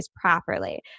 properly